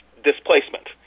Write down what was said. Displacement